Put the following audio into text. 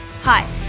Hi